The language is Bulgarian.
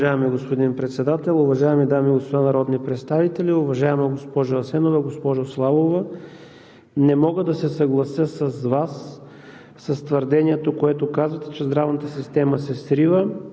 Уважаеми господин Председател, уважаеми дами и господа народни представители, уважаема госпожо Асенова, госпожо Славова! Не мога да се съглася с Вас, с твърдението, което правите, че здравната система се срива.